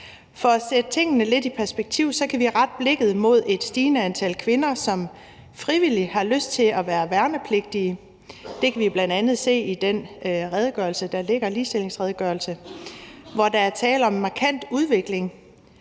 For at sætte tingene lidt i perspektiv kan vi rette blikket mod et stigende antal kvinder, som frivilligt har lyst til at være værnepligtige. Det kan vi bl.a. se i den ligestillingsredegørelse, der ligger. Der er tale om en markant udvikling.